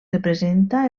representa